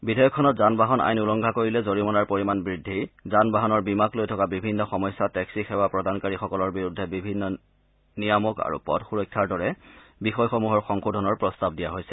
বিধেয়কখনত যান বাহন আইন উলংঘা কৰিলে জৰিমনাৰ পৰিমাণ বৃদ্ধি যান বাহনৰ বীমাক লৈ থকা বিভিন্ন সমস্যা টেক্সীসেৱা প্ৰদানকাৰীসকলৰ বিৰুদ্ধে বিভিন্ন নিয়ামক আৰু পথ সুৰক্ষাৰ দৰে বিষয়সমূহৰ সংশোধনৰ প্ৰস্তাৱ দিয়া হৈছে